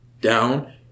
down